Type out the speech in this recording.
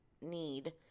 need